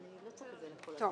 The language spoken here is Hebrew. "(4)